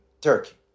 Turkey